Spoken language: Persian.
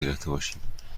گرفتهباشیم